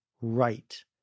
right